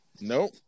Nope